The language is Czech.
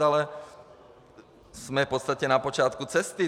Ale jsme v podstatě na počátku cesty.